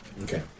Okay